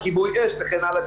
כיבוי אש וכן הלאה.